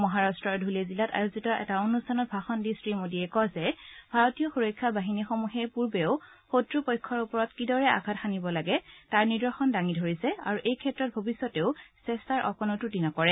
মহাৰাট্টৰ ধুলে জিলাত আয়োজিত এটা অনুষ্ঠানত ভাষণ দি শ্ৰী মোডীয়ে কয় যে ভাৰতীয় সুৰক্ষা বাহিনীসমূহে পূৰ্বেও শক্ৰ পক্ষৰ ওপৰত কিদৰে আঘাত হানিব লাগে তাৰ নিদৰ্শন দাঙি ধৰিছে আৰু এই ক্ষেত্ৰত ভৱিষ্যতেও চেষ্টাৰ অকনো ক্ৰটি নকৰে